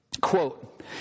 Quote